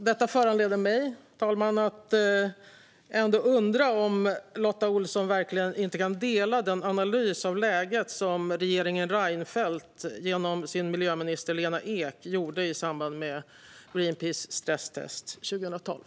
Detta föranleder mig att undra om Lotta Olsson inte kan dela den analys av läget som regeringen Reinfeldt genom sin miljöminister Lena Ek gjorde i samband med Greenpeaces stresstest 2012.